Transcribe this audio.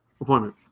appointment